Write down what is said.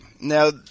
Now